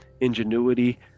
ingenuity